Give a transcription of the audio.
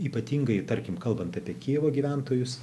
ypatingai tarkim kalbant apie kijevo gyventojus